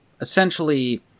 essentially